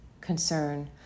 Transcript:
Concern